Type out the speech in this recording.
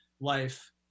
life